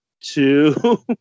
two